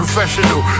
Professional